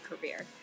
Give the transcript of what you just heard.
career